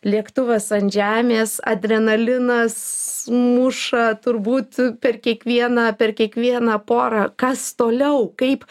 lėktuvas ant žemės adrenalinas muša turbūt per kiekvieną per kiekvieną porą kas toliau kaip